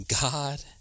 God